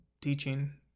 teaching